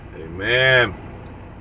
amen